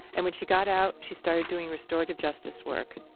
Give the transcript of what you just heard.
and when she got out, she started doing restorative justice work.